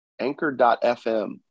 anchor.fm